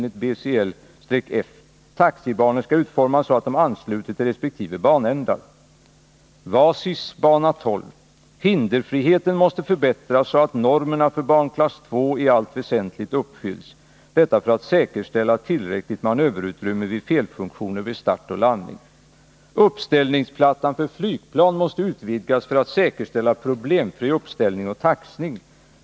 g) Hinderfriheten måste förbättras så att normerna för banklass II i allt väsentligt uppfylls. Detta för att säkerställa tillräckligt manöverutrymme vid felfunktioner vid start och landning. h) Uppställningsplattan för flygplan måste utvidgas för att säkerställa problemfri uppställning och taxning.